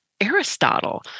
Aristotle